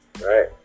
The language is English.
Right